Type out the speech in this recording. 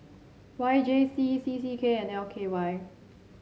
Y J C C C K and L K Y